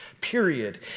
period